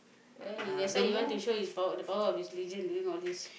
really that's why he want to show his power the power of his religion doing all these